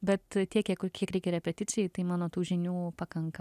bet tiek kiek ko kiek reikia repeticijai tai mano tų žinių pakanka